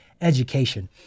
Education